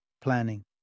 planning